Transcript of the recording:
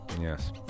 Yes